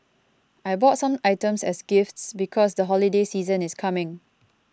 I bought some items as gifts because the holiday season is coming